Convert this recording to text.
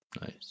nice